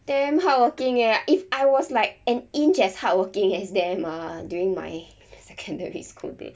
damn hardworking eh if I was like an inch as hardworking as them ah during my secondary school day